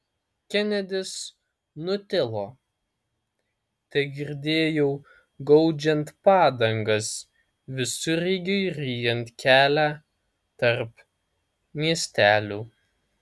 kenedis nutilo tegirdėjau gaudžiant padangas visureigiui ryjant kelią tarp miestelių